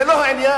זה לא העניין.